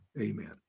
Amen